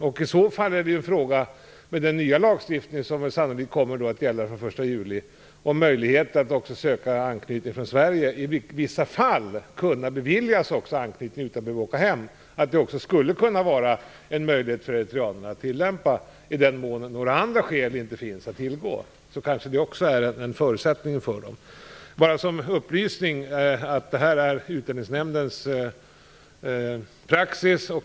De fallen är en fråga för den nya lagstiftningen, som sannolikt kommer att gälla från den 1 juli, om möjlighet att söka uppehållstillstånd av anknytningsskäl också från Sverige. I vissa fall skulle man kunna beviljas uppehållstillstånd av anknytningsskäl utan att behöva åka hem. Det skulle kunna vara en möjlighet för eritreanerna i den mån andra skäl inte finns att tillgå. Jag vill som upplysning säga att detta är Utlänningsnämndens praxis.